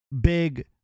big